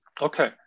Okay